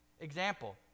Example